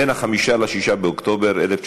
בין 5 ל-6 באוקטובר 1946,